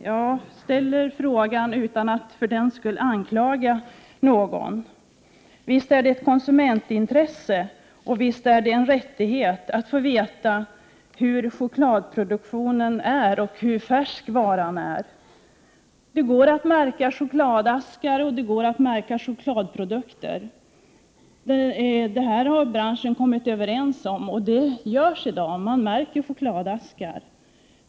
Jag ställer frågan utan att för den skull anklaga någon. Visst är det ett konsumentintresse och en rättighet att få veta hur chokladproduktionen går till och hur färsk varan är. Det går att märka chokladaskar och chokladprodukter. Detta har branschen kommit överens om, och man märker i dag chokladaskar.